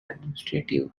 administrative